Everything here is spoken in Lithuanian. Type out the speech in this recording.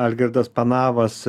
algirdas panavas